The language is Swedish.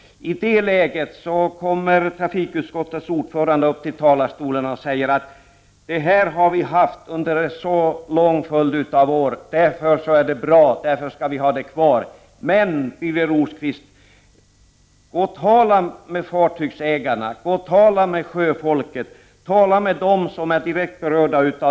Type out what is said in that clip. I det läget går trafikutskottets ordförande upp i talarstolen och säger: Det här har vi haft under en så lång följd av år; därför är det bra, och därför skall vi ha det kvar. Birger Rosqvist! Tala med fartygsägarna, tala med sjöfolket, tala med dem som är direkt berörda!